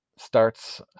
Starts